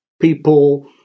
people